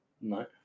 No